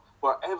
wherever